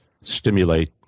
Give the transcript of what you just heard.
stimulate